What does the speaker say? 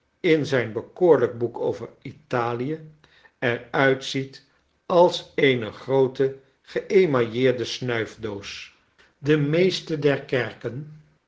in zijn bekoorlijk boek over italie er uitziet als eene groote geemailleerde snuifdoos de meeste der kerken